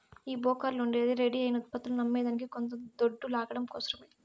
ఈ బోకర్లుండేదే రెడీ అయిన ఉత్పత్తులని అమ్మేదానికి కొంత దొడ్డు లాగడం కోసరమే